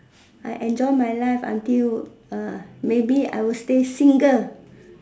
I enjoy my life until err maybe I'll stay single